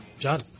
John